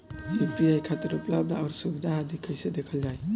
UPI खातिर उपलब्ध आउर सुविधा आदि कइसे देखल जाइ?